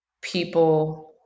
people